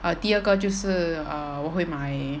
err 第二个就是 err 我会买